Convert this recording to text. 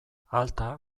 alta